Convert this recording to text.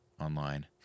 online